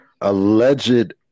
alleged